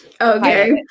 Okay